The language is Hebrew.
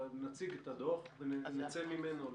נציג את הדוח ונצא ממנו לדיון.